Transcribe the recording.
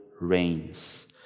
reigns